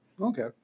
Okay